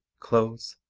clothes,